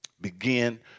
begin